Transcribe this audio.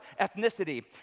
ethnicity